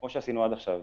כמו שעשינו עד עכשיו,